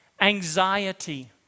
anxiety